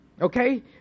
Okay